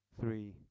three